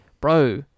bro